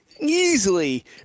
easily